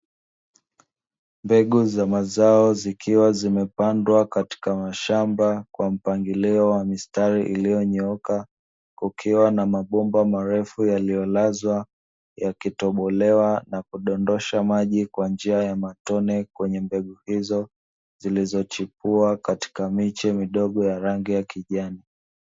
Mbegu za mazao zikiwa zimepandwa katika mashamba kwa mpangilio wa mistari iliyo nyooka kukiwa na mabomba marefu yaliyo lazwa yakitobolewa na kutoa maji kwa njia ya matone kwa mimea hiyo zilizochopua katika miche midogo ya rangi ya kijani kibichi